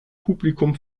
publikum